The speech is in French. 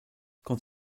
quand